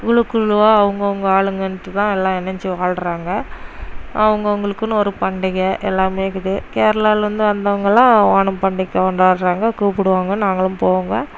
குழு குழுவா அவங்கவுங்க ஆளுங்கன்ட்டு தான் எல்லாம் இணைஞ்சு வாழுகிறாங்க அவங்கவுங்களுக்குனு ஒரு பண்டிகை எல்லாமே இருக்குது கேரளாவுலேருந்து வந்தவங்களும் ஓணம் பண்டிகை கொண்டாடுகிறாங்க கூப்பிடுவாங்க நாங்களும் போவோங்க